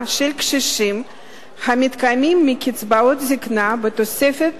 של קשישים המתקיימים מקצבאות זיקנה בתוספת